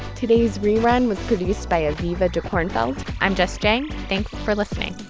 today's rerun was produced by aviva dekornfeld. i'm jess jiang. thanks for listening